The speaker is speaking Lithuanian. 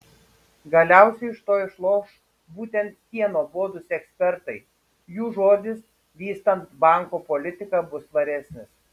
galiausiai iš to išloš būtent tie nuobodūs ekspertai jų žodis vystant banko politiką bus svaresnis